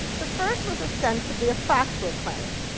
the first was ostensibly a factual claim.